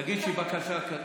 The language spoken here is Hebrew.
תגישי בקשה.